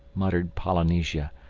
muttered polynesia,